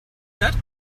that